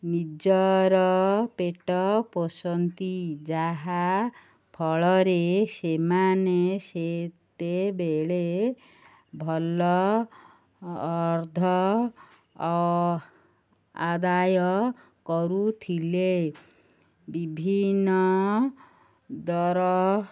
ନିଜର ପେଟ ପୋଷନ୍ତି ଯାହା ଫଳରେ ସେମାନେ ସେତେବେଳେ ଭଲ ଅର୍ଥ ଆଦାୟ କରୁଥିଲେ ବିଭିନ୍ନ ଦର